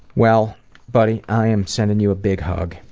well buddy, i am sending you a big hug.